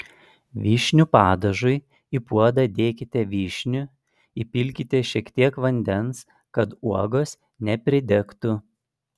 vyšnių padažui į puodą dėkite vyšnių įpilkite šiek tiek vandens kad uogos nepridegtų